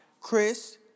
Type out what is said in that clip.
Chris